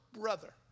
brother